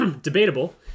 debatable